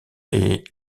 est